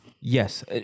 Yes